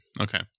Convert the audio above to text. Okay